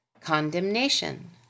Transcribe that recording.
Condemnation